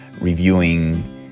reviewing